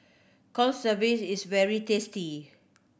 is very tasty